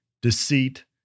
deceit